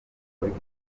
wanjye